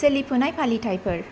सोलिफुनाय फालिथायफोर